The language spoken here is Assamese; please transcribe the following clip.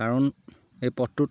কাৰণ এই পথটোত